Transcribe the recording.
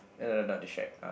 uh no no not the shack uh